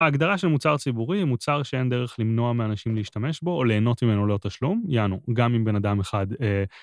ההגדרה של מוצר ציבורי הוא מוצר שאין דרך למנוע מאנשים להשתמש בו או ליהנות ממנו ללא תשלום. יאנו, גם אם בן אדם אחד...